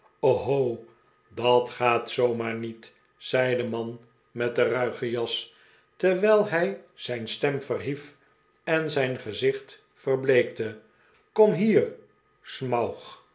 oho dat gaat zoo maar niet zei de man met de ruige jas terwijl hij zijn stem verhief en zijn gezicht verbleekte kom hier